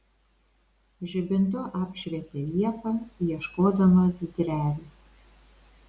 žibintu apšvietė liepą ieškodamas drevių